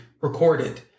recorded